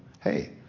Hey